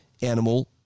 animal